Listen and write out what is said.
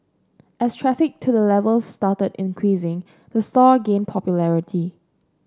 as traffic to the level started increasing the store gained popularity